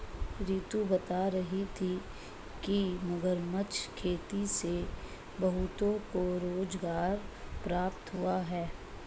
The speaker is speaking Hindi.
रितु बता रही थी कि मगरमच्छ खेती से बहुतों को रोजगार प्राप्त हुआ है